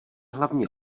hlavně